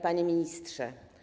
Panie Ministrze!